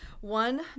one